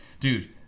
dude